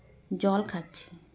ᱡᱚᱞ ᱠᱷᱟᱪᱪᱷᱤ